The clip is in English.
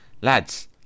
lads